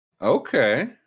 Okay